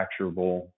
manufacturable